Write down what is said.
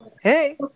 Hey